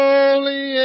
Holy